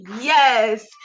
Yes